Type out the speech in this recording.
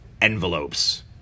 envelopes